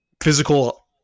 physical